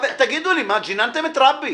תגידו לי, מה, ג'יננתם את רבי.